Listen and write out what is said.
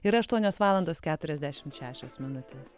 yra aštuonios valandos keturiasdešim šešios minutės